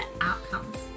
outcomes